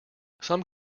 some